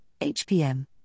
HPM